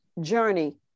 journey